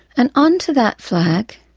and on to that flag,